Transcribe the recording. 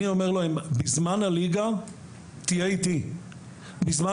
אני אומר להם שבזמן הליגה יהיו איתי ובזמן